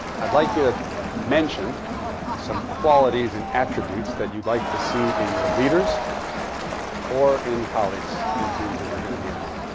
i'd like you to mention some qualities and attributes that you'd like to see in your leaders or in colleagues in teams that you're going to be among.